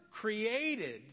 created